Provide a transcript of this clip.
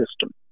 system